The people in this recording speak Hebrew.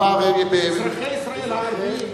אזרחי ישראל הערבים.